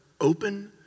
open